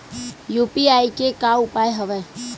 UPI के का उपयोग हवय?